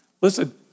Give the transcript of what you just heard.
Listen